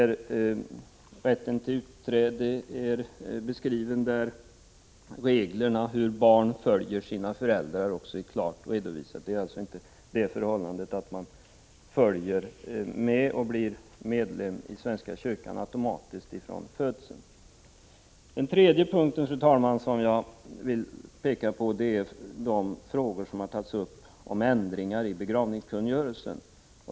Rätten till utträde är beskriven där, och reglerna om hur barn följer sina föräldrar är också klart redovisade. Det är alltså inte så att barn automatiskt blir medlemmar i svenska kyrkan från födseln. Fru talman! Den tredje punkten är de frågor som tagits upp om ändringar i begravningskungörelsen.